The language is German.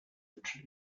wünschen